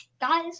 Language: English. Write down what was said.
Guys